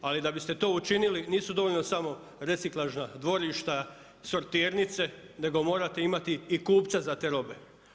Ali da biste to učinili nisu dovoljna samo reciklažna dvorišta, sortirnice, nego morate imati i kupca za te robe.